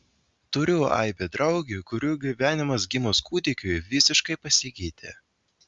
turiu aibę draugių kurių gyvenimas gimus kūdikiui visiškai pasikeitė